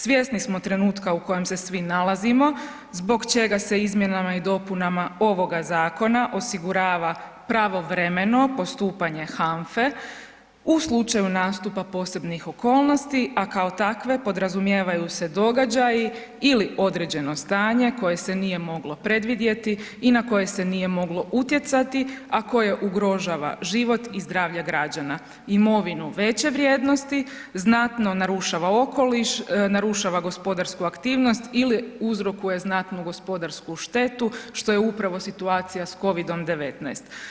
Svjesni smo trenutka u kojem se svi nalazimo, zbog čega se izmjenama i dopunama ovoga zakona osigurava pravovremeno postupanje HANFA-e u slučaju nastupa posebnih okolnosti, a kao takve podrazumijevaju se događaji ili određeno stanje koje se nije moglo predvidjeti i na koje se nije moglo utjecati, a koje ugrožava život i zdravlje građana, imovinu veće vrijednosti, znatno narušava okoliš, narušava gospodarsku aktivnost ili uzrokuje znatnu gospodarsku štetu, što je upravo situacija s COVID-19.